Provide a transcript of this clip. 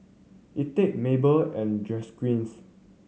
Etha Mable and Jaquez